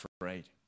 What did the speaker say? afraid